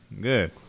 Good